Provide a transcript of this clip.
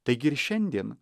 taigi ir šiandien